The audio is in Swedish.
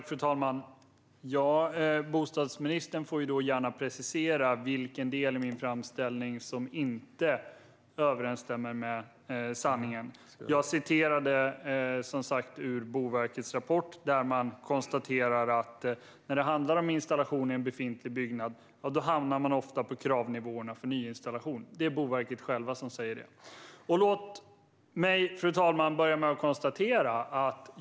Fru talman! Bostadsministern får gärna precisera vilken del i min framställning som inte överensstämmer med sanningen. Jag citerade som sagt ur Boverkets rapport, där man konstaterar att när det handlar om installation i en befintlig byggnad hamnar man ofta på kravnivåerna för nyinstallation. Det är Boverket som säger detta.